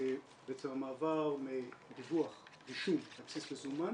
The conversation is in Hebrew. בעצם המעבר מדיווח רישום על בסיס מזומן